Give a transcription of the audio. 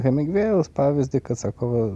hemingvėjaus pavyzdį kad sako va